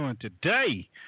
Today